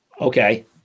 Okay